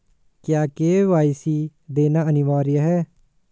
क्या के.वाई.सी देना अनिवार्य है?